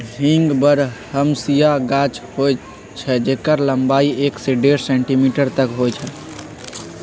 हींग बरहमसिया गाछ होइ छइ जेकर लम्बाई एक से डेढ़ सेंटीमीटर तक होइ छइ